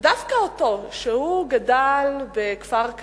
דווקא הוא, שהוא גדל בכפר-קרע,